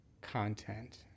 content